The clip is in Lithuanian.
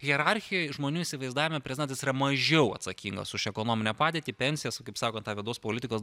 hierarchijoj žmonių įsivaizdavime prezidentas yra mažiau atsakingas už ekonominę padėtį pensijas kaip sako tą vidaus politikos